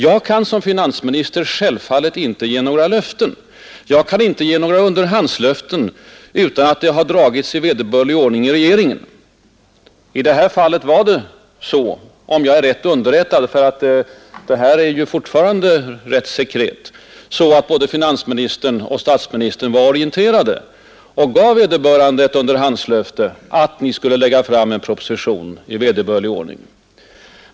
Jag kan, borde finansministern säga, självfallet inte ge några löften utan att ärendet i vederbörlig ordning har dragits i regeringen. I det här fallet var, om jag är rätt underrättad, ty det här är ju fortfarande rätt sekret, både statsministern och finansministern orienterade, och de gav vederbörande underhandslöften att framlägga en proposition i ämnet.